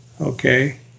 Okay